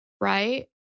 right